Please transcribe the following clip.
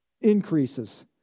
increases